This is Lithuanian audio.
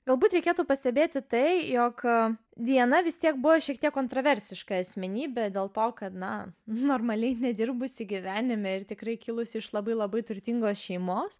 galbūt reikėtų pastebėti tai jog diana vis tiek buvo šiek tiek kontroversiška asmenybe dėl to kad na normaliai nedirbusi gyvenime ir tikrai kilusi iš labai labai turtingos šeimos